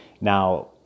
now